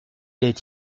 est